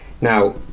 Now